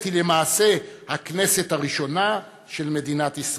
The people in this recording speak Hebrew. היא למעשה הכנסת הראשונה של מדינת ישראל,